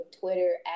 Twitter